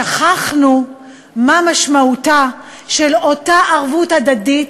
שכחנו מה משמעותה של אותה ערבות הדדית,